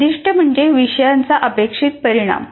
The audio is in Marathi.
उद्दीष्टे म्हणजेच विषयांचा अपेक्षित परिणाम